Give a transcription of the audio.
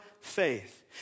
faith